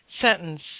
sentence